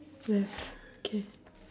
left okay